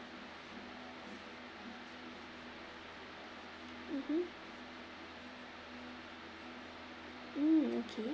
mmhmm mm okay